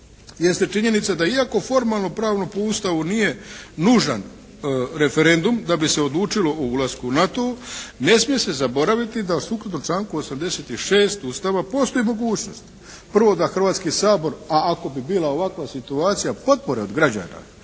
jeste činjenica da iako formalno-pravno po Ustavu nije nužan referendum da bi se odlučilo o ulasku u NATO ne smije se zaboraviti da sukladno članku 86. Ustava postoji mogućnost prvo da Hrvatski sabor, a ako bi bila ovakva situacija potpore od građana